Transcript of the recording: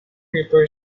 reaper